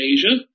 Asia